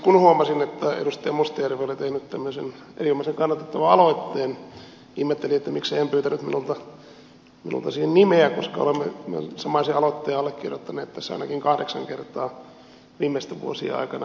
kun huomasin että edustaja mustajärvi oli tehnyt tämmöisen erinomaisen kannatettavan aloitteen ihmettelin miksei hän pyytänyt minulta siihen nimeä koska olemme samaisen aloitteen allekirjoittaneet yhdessä ainakin kahdeksan kertaa peräkkäin viimeisten vuosien aikana